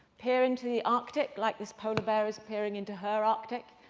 peer into the arctic, like this polar bear is appearing into her arctic.